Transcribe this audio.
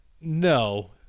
No